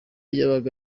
yabaga